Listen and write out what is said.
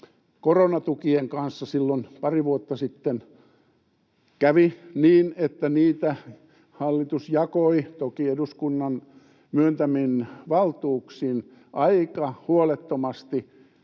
koronatukien kanssa silloin pari vuotta sitten kävi niin, että niitä hallitus jakoi, toki eduskunnan myöntämin valtuuksin, aika huolettomasti